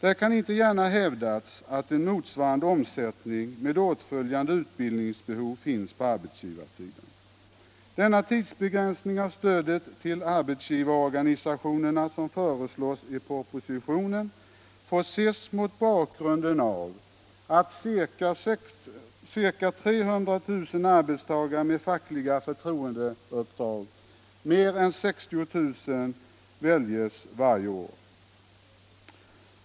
Det kan inte gärna hävdas att en motsvarande omsättning med åtföljande utbildningsbehov finns på arbetsgivarsidan. Den tidsbegränsning av stödet till arbetsgivarorganisationerna som föreslås i propositionen får ses mot bakgrunden av att av ca 300 000 arbetstagare med fackliga förtroendeuppdrag mer än 60 000 nyväljes varje år.